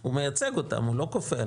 הוא מייצג אותה, הוא לא כופה עליה.